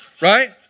Right